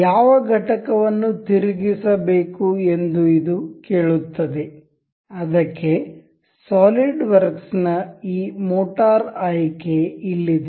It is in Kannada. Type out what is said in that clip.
ಯಾವ ಘಟಕವನ್ನು ತಿರುಗಿಸಬೇಕು ಎಂದು ಇದು ಕೇಳುತ್ತದೆ ಅದಕ್ಕೆ ಸಾಲಿಡ್ವರ್ಕ್ಸ್ ನ ಈ ಮೋಟಾರ್ ಆಯ್ಕೆ ಇಲ್ಲಿದೆ